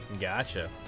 Gotcha